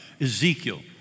Ezekiel